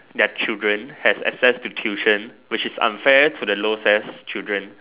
their children has access to tuition which is unfair to the low S_E_S children